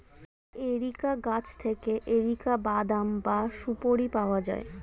areca গাছ থেকে areca বাদাম বা সুপোরি পাওয়া যায়